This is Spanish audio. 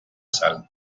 sal